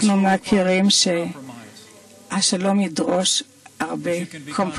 אנחנו הרי יודעים שהשלום ידרוש פשרות,